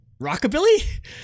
rockabilly